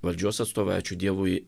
valdžios atstovai ačiū dievui